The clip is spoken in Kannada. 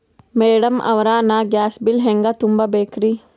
ಮೆಡಂ ಅವ್ರ, ನಾ ಗ್ಯಾಸ್ ಬಿಲ್ ಹೆಂಗ ತುಂಬಾ ಬೇಕ್ರಿ?